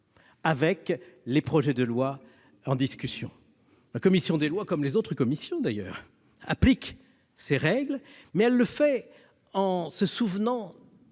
avec les projets de loi en discussion. La commission des lois, tout comme les autres commissions d'ailleurs, applique cette règle, et elle le fait sans en